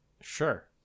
sure